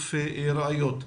לאיסוף ראיות.